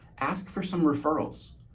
ask for some referrals.